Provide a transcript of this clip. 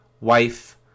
wife